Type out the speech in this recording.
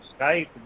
Skype